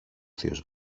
θείος